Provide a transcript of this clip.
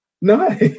No